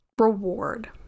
reward